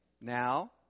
Now